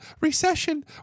Recession